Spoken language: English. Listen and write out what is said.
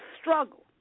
struggle